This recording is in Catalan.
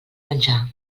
menjar